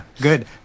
good